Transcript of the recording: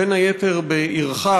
בין היתר בעירך,